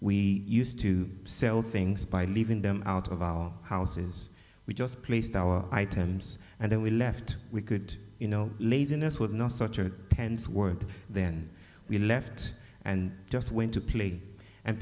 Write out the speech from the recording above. we used to sell things by leaving them out of our houses we just placed our items and then we left we could you know laziness was not such a tense word then we left and just went to play and